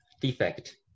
defect